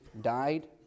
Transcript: died